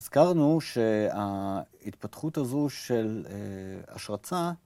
הזכרנו שההתפתחות הזו של השרצה